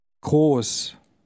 Groß